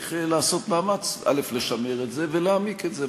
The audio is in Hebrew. וצריך לעשות מאמץ לשמר את זה ולהעמיק את זה.